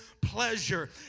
pleasure